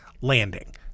landing